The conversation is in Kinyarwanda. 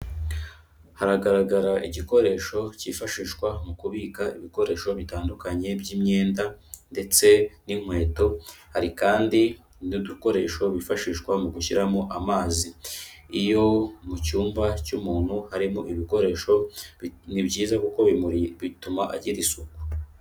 Haragaragara igikoresho cyifashishwa mu kubika ibikoresho bitandukanye by'imyenda ndetse n'inkweto, hari kandi n'udukoresho bifashishwa mu gushyiramo amazi, iyo mu cyumba cy'umuntu harimo ibikoresho ni byiza kuko bituma agira isuku.